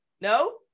No